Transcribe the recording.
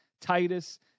Titus